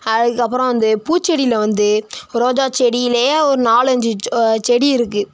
அதுக்கப்புறோம் வந்து பூச்செடியில் வந்து ரோஜா செடியிலேயே ஒர் நாலு அஞ்சு ச செடி இருக்குது